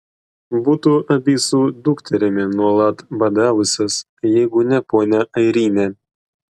būtų abi su dukterimi nuolat badavusios jeigu ne ponia airinė